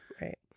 right